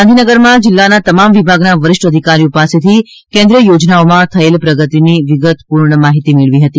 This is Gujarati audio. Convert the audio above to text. ગાંધીનગરમાં જિલ્લાના તમામ વિભાગના વરિષ્ઠ અધિકારીઓ પાસેથી કેન્દ્રીય યોજનાઓમાં થયેલ પ્રગતિની વિગતપૂર્ણ માહિતી મેળવી હતી